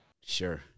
Sure